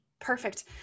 Perfect